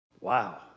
Wow